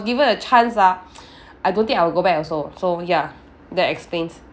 given a chance ah I don't think I will go back also so ya that explains